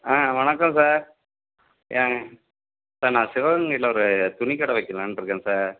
ஆ வணக்கம் sir sir நான் சிவகங்கையில் ஒரு துணிக்கடை வைக்கலாம்ன்னு இருக்கேன் சார்